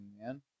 man